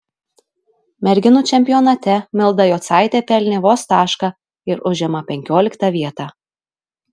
merginų čempionate milda jocaitė pelnė vos tašką ir užima penkioliktą vietą